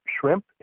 shrimp